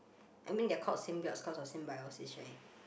I mean they're called symbionts cause of symbiosis right